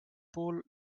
puhul